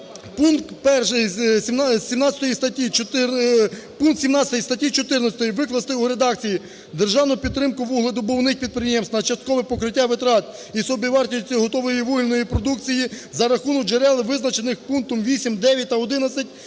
пункт 17 статті 14 викласти у редакції: "державну підтримку вугледобувних підприємств на часткове покриття витрат і собівартості готової вугільної продукції за рахунок джерел, визначених пунктом 8, 9 та 11